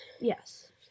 Yes